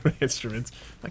instruments